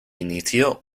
inició